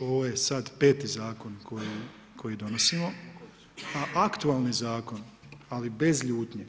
Ovo je sad peti zakon koji donosimo, a aktualni zakon, ali bez ljutnje,